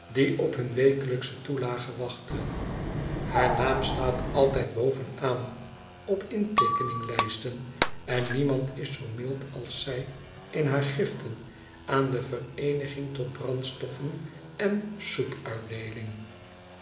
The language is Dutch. op hun wekelijksche toelage wachten haar naam staat altijd bovenaan op inteekeninglijsten en niemand is zoo mild als zij in haar gifben aan de vereeniging tot brandstoffen en